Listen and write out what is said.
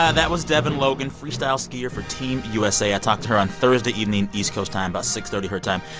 and that was devin logan, freestyle skier for team usa. i talked to her on thursday evening, east coast time, about six thirty her time.